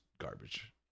garbage